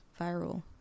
viral